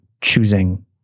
choosing